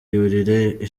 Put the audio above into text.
yurira